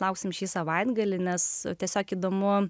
lauksime šį savaitgalį nes tiesiog įdomu